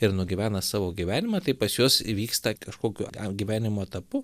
ir nugyvena savo gyvenimą tai pas juos įvyksta kažkokio gyvenimo etapu